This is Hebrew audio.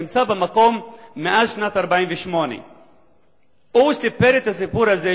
נמצא במקום מאז שנת 1948. הוא סיפר את הסיפור הזה,